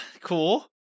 Cool